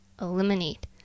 eliminate